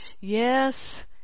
Yes